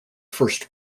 first